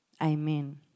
amen